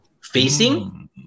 facing